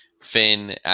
Finn